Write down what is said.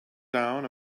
down